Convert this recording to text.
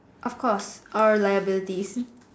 of course or liabilities